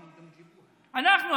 אנחנו,